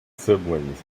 siblings